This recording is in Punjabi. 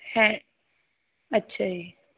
ਹੈਂ ਅੱਛਿਆ ਜੀ